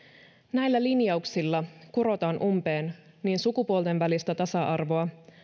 näillä linjauksilla kurotaan umpeen niin sukupuolten välistä tasa arvoa